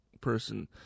person